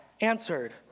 answered